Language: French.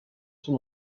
son